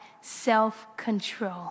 Self-control